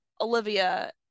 Olivia